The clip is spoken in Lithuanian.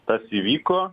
tas įvyko